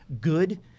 good